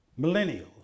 Millennials